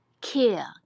care